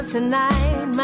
Tonight